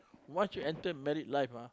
once you enter married life ah